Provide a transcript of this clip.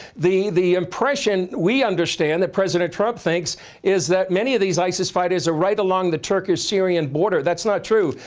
the the impression we understand that president trump thinks is that many of these isis fighters are right along the turkish syrian border. that's not true.